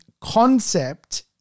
concept